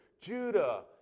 Judah